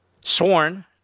sworn